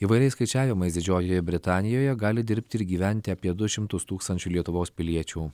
įvairiais skaičiavimais didžiojoje britanijoje gali dirbti ir gyventi apie du šimtus tūkstančių lietuvos piliečių